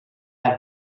have